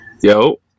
Yo